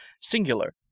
Singular